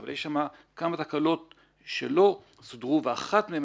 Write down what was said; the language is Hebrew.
אבל יש שם כמה תקלות שלא סודרו ואחת מהן,